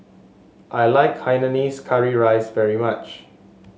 I like Hainanese Curry Rice very much